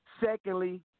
Secondly